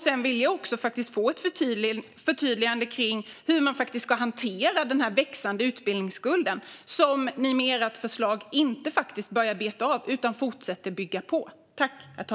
Sedan vill jag också få ett förtydligande av hur man ska hantera den växande utbildningsskulden, som ni med ert förslag inte börjar beta av utan fortsätter att bygga på.